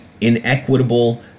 inequitable